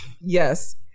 Yes